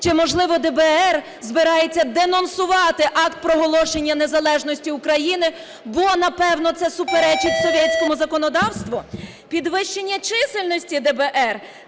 Чи, можливо, ДБР збирається денонсувати Акт проголошення незалежності України, бо, напевно, це суперечить совєтському законодавству? Підвищення чисельності ДБР.